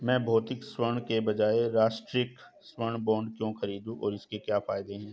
मैं भौतिक स्वर्ण के बजाय राष्ट्रिक स्वर्ण बॉन्ड क्यों खरीदूं और इसके क्या फायदे हैं?